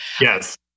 Yes